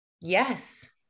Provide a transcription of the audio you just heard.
Yes